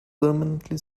permanently